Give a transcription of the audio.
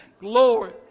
Glory